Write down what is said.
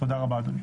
תודה, אדוני.